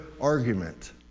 argument